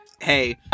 Hey